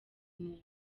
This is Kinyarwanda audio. ntego